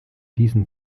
diesen